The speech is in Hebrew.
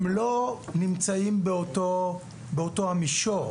הם לא נמצאים באותו המישור.